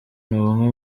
numwe